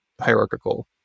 hierarchical